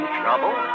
trouble